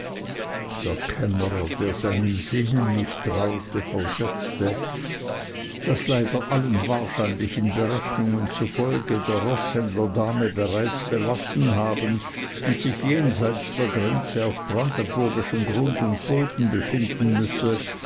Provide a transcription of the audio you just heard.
der kämmerer der seinen sinnen nicht traute versetzte daß leider allen wahrscheinlichen berechnungen zufolge der roßhändler dahme bereits verlassen haben und sich jenseits der grenze auf brandenburgischem grund und boden befinden müsse